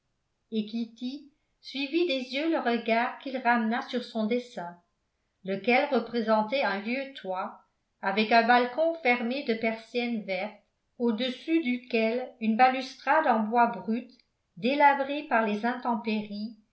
suivit des yeux le regard qu'il ramena sur son dessin lequel représentait un vieux toit avec un balcon fermé de persiennes vertes au-dessus duquel une balustrade en bois brut délabrée par les intempéries